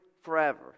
forever